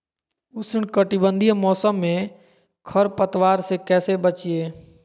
उष्णकटिबंधीय मौसम में खरपतवार से कैसे बचिये?